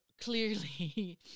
clearly